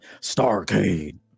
Starcade